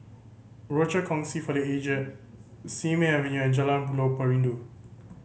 Rochor Kongsi for The Aged Simei Avenue and Jalan Buloh Perindu